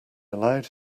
allowed